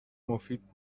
مفید